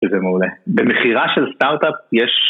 איזה מעולה. במכירה של סטארט-אפ יש...